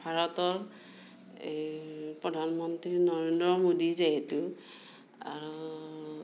ভাৰতৰ এই প্ৰধানমন্ত্ৰী নৰেন্দ্ৰ মোদী যিহেতু আৰু আৰু